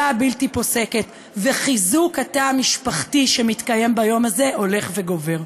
הבלתי-פוסקת ובחיזוק התא המשפחתי שמתקיים ביום הזה הולך וגובר.